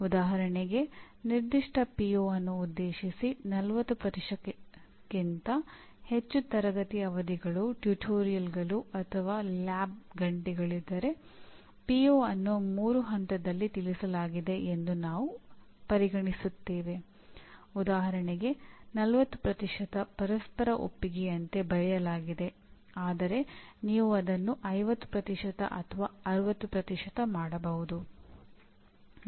ಉದಾಹರಣೆಗೆ 40 ಪರಸ್ಪರ ಒಪ್ಪಿಗೆಯಂತೆ ಬರೆಯಲಾಗಿದೆ ಆದರೆ ನೀವು ಅದನ್ನು 50 ಅಥವಾ 60 ಮಾಡಬಹುದು